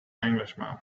englishman